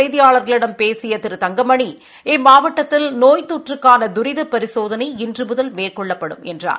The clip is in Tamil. செய்தியாளர்களிடம் பேசிய பின்னர் தங்கமணி திரு இம்மாவட்டத்தில் நோய் தொற்றுக்கான துரித பரிசோதனை இன்று முதல் மேற்கொள்ளப்படும் என்றார்